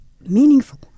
meaningful